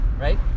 right